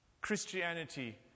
Christianity